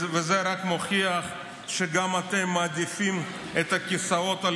זה רק מוכיח שגם אתם מעדיפים את הכיסאות על